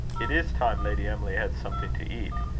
it is time lady emily had something to eat.